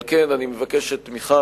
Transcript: לכן, אני מבקש את תמיכת,